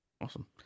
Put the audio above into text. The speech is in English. awesome